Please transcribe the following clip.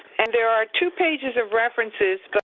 and there are two pages of references, but